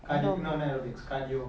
cardi~ no not aerobics cardio